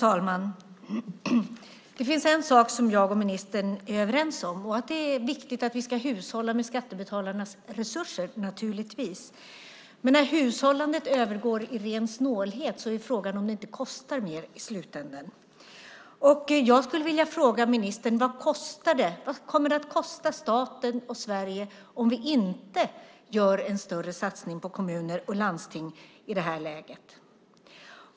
Fru talman! En sak är jag och ministern överens om, nämligen att det är viktigt att hushålla med skattebetalarnas resurser. Men när hushållandet övergår i ren snålhet är frågan om det inte i slutändan kostar mer. Jag skulle vilja fråga ministern vad det kommer att kosta staten om vi inte i det här läget gör en större satsning på kommuner och landsting.